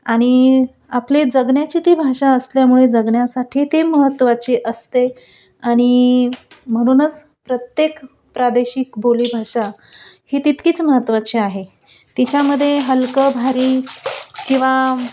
आणि आपली जगण्याची ती भाषा असल्यामुळे जगण्यासाठी ती महत्त्वाची असते आणि म्हणूनच प्रत्येक प्रादेशिक बोलीभाषा ही तितकीच महत्त्वाची आहे तिच्यामध्ये हलका भारी किंवा